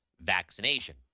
vaccination